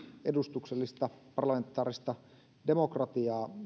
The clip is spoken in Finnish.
edustuksellista parlamentaarista demokratiaa